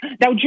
Now